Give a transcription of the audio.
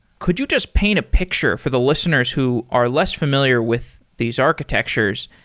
could you just paint a picture for the listeners who are less familiar with these architectures?